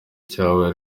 cyabaye